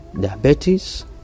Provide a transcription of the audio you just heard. diabetes